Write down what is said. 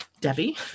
Debbie